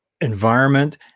environment